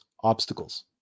obstacles